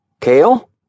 Kale